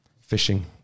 Fishing